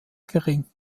gering